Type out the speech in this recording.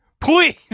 please